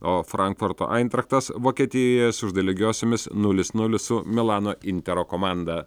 o frankfurto eintracht vokietijoje sužaidė lygiosiomis nulis nulis su milano intero komanda